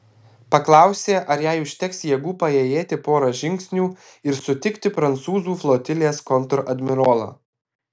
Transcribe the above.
paklausė ar jai užteks jėgų paėjėti porą žingsnių ir sutikti prancūzų flotilės kontradmirolą